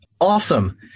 awesome